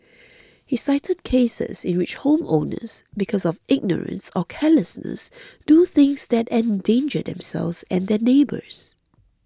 he cited cases in which homeowners because of ignorance or carelessness do things that endanger themselves and their neighbours